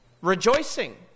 Rejoicing